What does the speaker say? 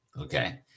Okay